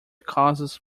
causes